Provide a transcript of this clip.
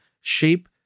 shape